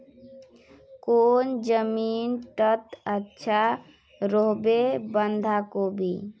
कौन जमीन टत अच्छा रोहबे बंधाकोबी?